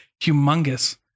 humongous